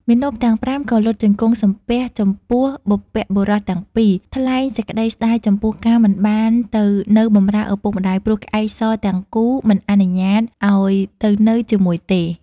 មាណពទាំង ៥ ក៏ លុតជង្គង់សំពះចំពោះបុព្វបុរសទាំងពីរ ថ្លែងសេចក្តីស្តាយចំពោះការមិនបានទៅនៅបម្រើឪពុកម្តាយ ព្រោះក្អែកសទាំងគូ មិនអនុញ្ញាតឲ្យទៅនៅជាមួយទេ ។